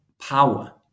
power